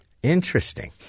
Interesting